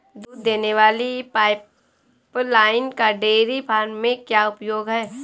दूध देने वाली पाइपलाइन का डेयरी फार्म में क्या उपयोग है?